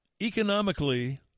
Economically